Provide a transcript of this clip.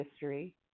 history